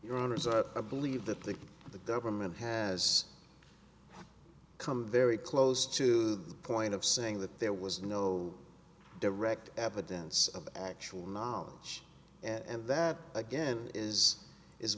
your honour's a believe that the the government has come very close to the point of saying that there was no direct evidence of actual knowledge and that again is is